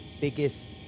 biggest